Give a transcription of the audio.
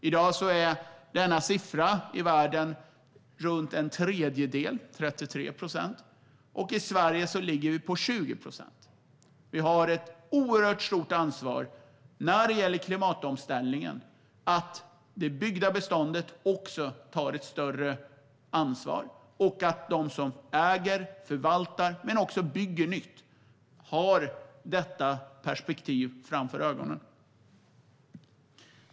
I dag är denna siffra i världen runt en tredjedel, 33 procent. I Sverige ligger den på 20 procent. Vi har ett oerhört stort ansvar när det gäller klimatomställningen: att det byggda beståndet tar ett större ansvar och att de som äger och förvaltar men också bygger nytt har detta perspektiv för ögonen.